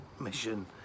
Mission